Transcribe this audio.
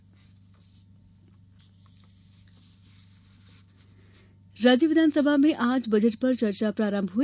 विधानसभा राज्य विधानसभा में आज बजट पर चर्चा प्रारम्भ हुई